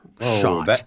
shot